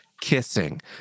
kissing